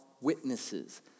witnesses